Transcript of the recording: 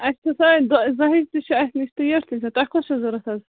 اَسہِ چھِ سۅ زٲیِج تہِ چھِ اَسہِ نِش تہٕ وٮ۪ٹھ تہِ چھِ تۄہہِ کۄس چھُو ضروٗرت حظ